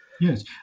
Yes